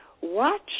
watch